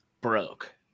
Broke